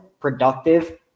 productive